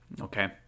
Okay